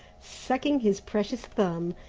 sucking his precious thumb,